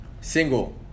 Single